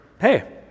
Hey